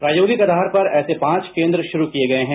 प्रायोगिक आधार पर ऐसे पांच केन्द्र शुरू किए गए हैं